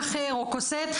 קח רוקסט",